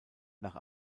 nach